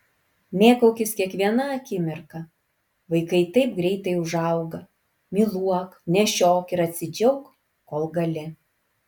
mėgaukis kiekviena akimirka vaikai taip greitai užauga myluok nešiok ir atsidžiauk kol gali